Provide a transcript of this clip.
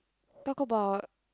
talk about